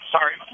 Sorry